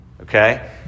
okay